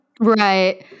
right